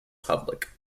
public